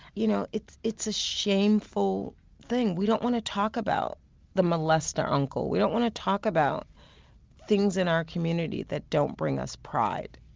you know, it's it's a shameful thing. we don't want to talk about the molester uncle. we don't want to talk about things in our community that don't bring us pride.